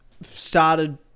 started